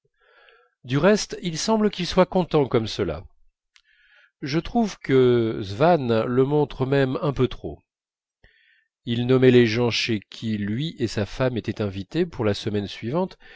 du reste il semble qu'ils soient contents comme cela je trouve que swann le montre un peu trop il nommait les gens chez qui lui et sa femme étaient invités pour la semaine suivante